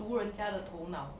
读人人家的头脑